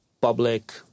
public